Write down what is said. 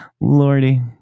Lordy